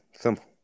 Simple